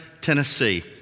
Tennessee